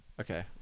okay